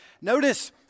Notice